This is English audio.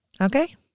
okay